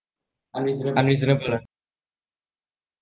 unreasonable